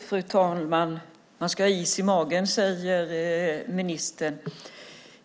Fru talman! Man ska ha is i magen, säger ministern.